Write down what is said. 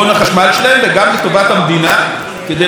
כדי להקטין את הצורך שלנו לשרוף פחם,